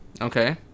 Okay